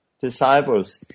disciples